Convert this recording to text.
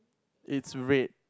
it's red